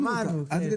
מרגש מאוד.